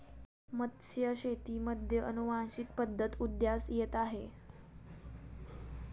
मत्स्यशेतीमध्ये अनुवांशिक पद्धत उदयास येत आहे